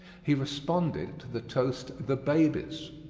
he responded to the toast, the babies.